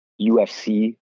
UFC